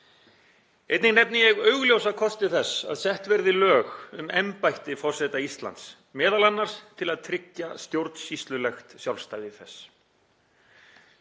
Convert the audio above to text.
Einnig nefni ég augljósa kosti þess að sett verði lög um embætti forseta Íslands, m.a. til að tryggja stjórnsýslulegt sjálfstæði þess.